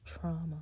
trauma